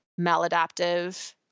maladaptive